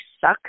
suck